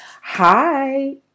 Hi